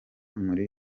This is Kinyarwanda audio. muri